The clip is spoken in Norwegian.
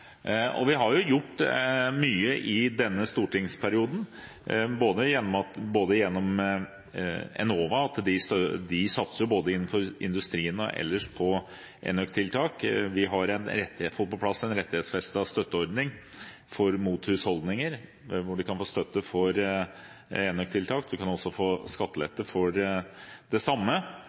Vi har gjort mye i denne stortingsperioden, bl.a. gjennom Enova, som satser innenfor industrien og ellers på enøktiltak, og vi har fått på plass en rettighetsfestet støtteordning for husholdninger, hvor de kan få støtte for enøktiltak. De kan også få skattelette for det samme.